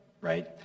right